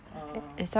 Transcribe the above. oh